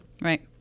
Right